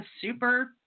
super